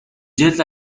جلد